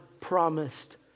promised